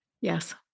Yes